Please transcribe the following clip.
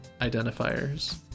identifiers